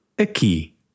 aqui